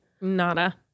nada